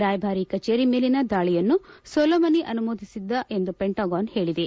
ರಾಯಭಾರಿ ಕಚೇರಿ ಮೇಲಿನ ದಾಳಿಯನ್ನು ಸೋಲೊಮನಿ ಅನುಮೋದಿಸಿದ್ದ ಎಂದು ಪೆಂಟಗಾನ್ ಹೇಳಿದೆ